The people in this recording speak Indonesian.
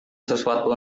sesuatu